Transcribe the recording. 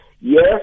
yes